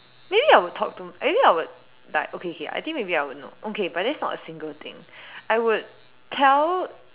maybe I would talk to maybe I would like okay here maybe I would know but there's not a single thing I would tell